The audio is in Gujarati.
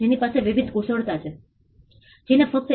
તેથી આ તેઓએ વહેંચેલી કેટલીક ચિંતા છે